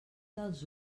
dels